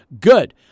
Good